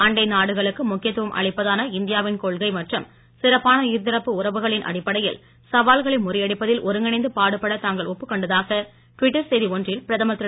அண்டை நாடுகளுக்கு முக்கியத்துவம் அளிப்பதான இந்தியாவின் கொள்கை மற்றும் சிறப்பான இருதரப்பு உறவுகளின் அடிப்படையில் சவால்களை முறியடிப்பதில் ஒருங்கிணைந்து பாடுபட தாங்கள் ஒப்புக் கொண்டதாக ட்விட்டர் செய்தி ஒன்றில் பிரதமர் திரு